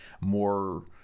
more